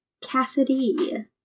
Cassidy